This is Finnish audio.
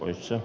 olisi